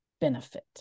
benefit